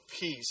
peace